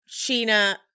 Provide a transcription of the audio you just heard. Sheena